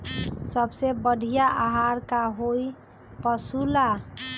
सबसे बढ़िया आहार का होई पशु ला?